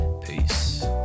Peace